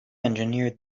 engineered